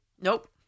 Nope